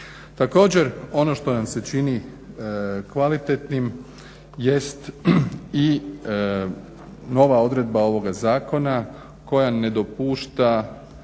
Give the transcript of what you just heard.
Također ono što nam se čini kvalitetnim jest i ova odredba ovoga zakona koja ne dopušta